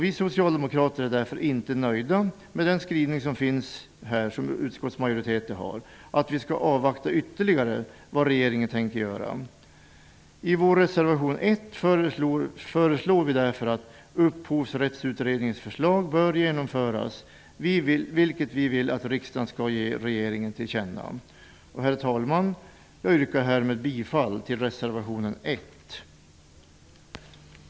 Vi socialdemokrater är därför inte nöjda med utskottsmajoritetens skrivning om att vi ytterligare skall avvakta vad regeringen tänker göra. I vår reservation 1 föreslår vi därför att Upphovsrättsutredningens förslag bör genomföras. Vi vill att riksdagen skall ge regeringen detta till känna. Herr talman! Jag yrkar bifall till reservation 1.